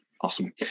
Awesome